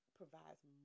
provides